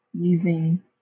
using